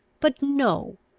but, no!